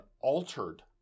altered